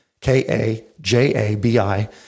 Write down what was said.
K-A-J-A-B-I